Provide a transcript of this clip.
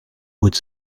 with